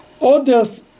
others